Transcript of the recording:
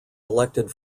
elected